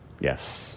Yes